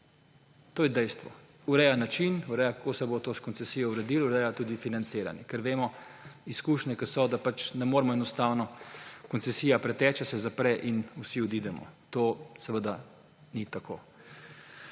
To je dejstvo. Ureja način, ureja, kako se bo to s koncesijo uredilo, ureja tudi financiranje. Ker vemo, izkušnje ki so, da pač ne moremo, enostavno koncesija preteče, se zapre in vsi odidemo. To seveda ni tako.